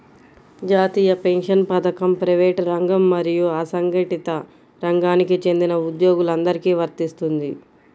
జాతీయ పెన్షన్ పథకం ప్రైవేటు రంగం మరియు అసంఘటిత రంగానికి చెందిన ఉద్యోగులందరికీ వర్తిస్తుంది